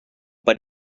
but